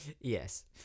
Yes